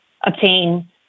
obtain